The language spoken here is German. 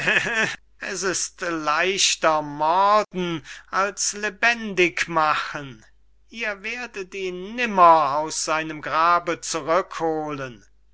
es ist leichter morden als lebendig machen ihr werdet ihn nimmer aus seinem grabe zurückholen